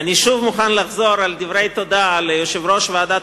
אני מוכן לחזור על דברי התודה ליושב-ראש ועדת